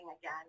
again